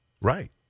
Right